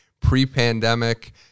pre-pandemic